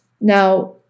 Now